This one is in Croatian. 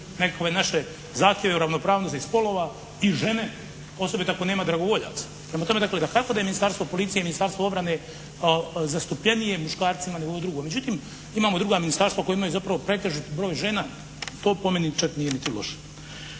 nekakve naše zahtjeve o ravnopravnosti spolova i žene, osobito ako nema dragovoljaca. Prema tome, dakle dakako da je Ministarstvo policije, Ministarstvo obrane zastupljenije muškarcima nego ovo drugo, međutim imamo druga ministarstva koje imaju zapravo pretežit broj žena. To po meni čak nije niti loše.